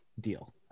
deal